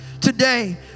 today